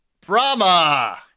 Brahma